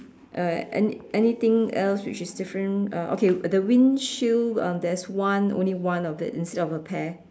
uh any~ anything else which is different uh okay the windshield um there is one only one of it instead of a pair